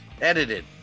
edited